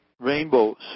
rainbows